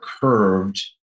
curved